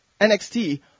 NXT